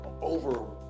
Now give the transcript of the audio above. Over